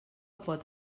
pot